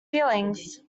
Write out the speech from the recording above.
feelings